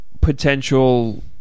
potential